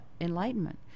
enlightenment